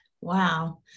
Wow